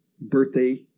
birthday